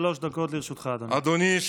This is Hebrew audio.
שלוש דקות לרשותך, אדוני.